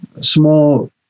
Small